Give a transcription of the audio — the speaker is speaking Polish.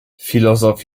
filozof